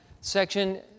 section